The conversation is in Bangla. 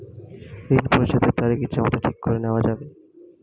ঋণ পরিশোধের তারিখ ইচ্ছামত ঠিক করে নেওয়া যাবে?